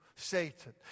Satan